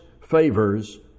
favors